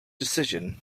decision